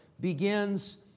begins